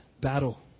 battle